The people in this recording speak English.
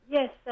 Yes